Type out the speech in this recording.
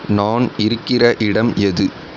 நான் இருக்கிற இடம் எது